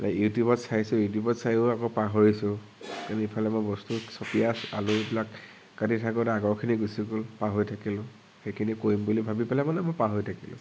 ইউটিউবত চাইছো ইউটিউবত চায়ো আকৌ পাহৰিছো কাৰণ এইফালে মই বস্তু পিঁয়াজ আলুবিলাক কাটি থাকোতে আগৰখিনি গুচি গ'ল পাহৰি থাকিলো সেইখিনি কৰিম বুলি ভাবি পেলাই মানে মই পাহৰি থাকিলো